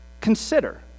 consider